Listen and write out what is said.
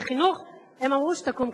חברת הכנסת מירי רגב,